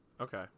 Okay